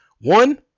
One